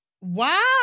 Wow